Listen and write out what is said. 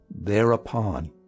Thereupon